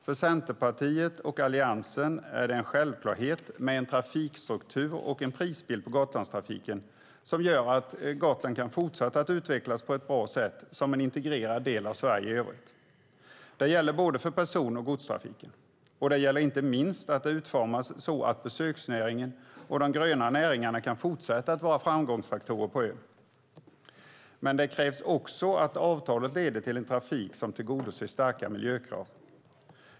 För Centerpartiet och Alliansen är det en självklarhet med en trafikstruktur och en prisbild på Gotlandstrafiken som gör att Gotland kan fortsätta att utvecklas på ett bra sätt som en integrerad del av Sverige i övrigt. Det gäller både person och godstrafiken, och det gäller inte minst att utformningen blir sådan att besöksnäringen och de gröna näringarna kan fortsätta att vara framgångsfaktorer för ön. Men det krävs också att avtalet leder till en trafik som tillgodoser starka miljökrav.